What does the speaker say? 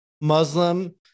Muslim